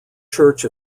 church